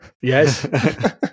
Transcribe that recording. yes